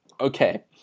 Okay